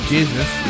Jesus